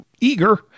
eager